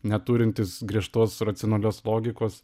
neturintis griežtos racionalios logikos